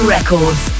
Records